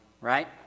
right